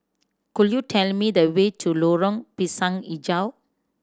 could you tell me the way to Lorong Pisang Hijau